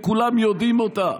וכולם יודעים אותה,